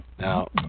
Now